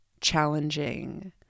challenging